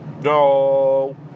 No